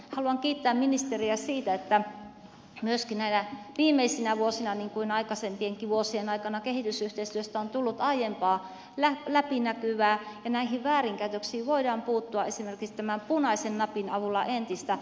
haluan kiittää ministeriä siitä että näinä viimeisinä vuosina niin kuin aikaisempienkin vuosien aikana kehitysyhteistyöstä on tullut aiempaa läpinäkyvämpää ja näihin väärinkäytöksiin voidaan puuttua esimerkiksi tämän punaisen napin avulla entistä paremmin